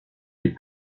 les